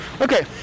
Okay